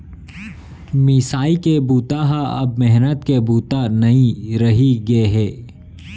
मिसाई के बूता ह अब मेहनत के बूता नइ रहि गे हे